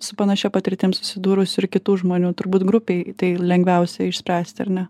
su panašia patirtim susidūrusių ir kitų žmonių turbūt grupėj tai lengviausia išspręsti ar ne